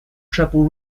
trouble